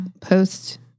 post